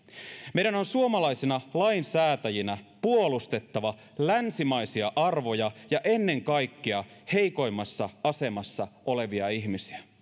meidän on suomalaisina lainsäätäjinä puolustettava länsimaisia arvoja ja ennen kaikkea heikoimmassa asemassa olevia ihmisiä